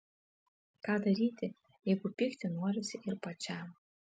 ką daryti jeigu pykti norisi ir pačiam